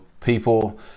people